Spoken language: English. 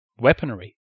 weaponry